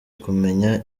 kumenya